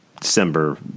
december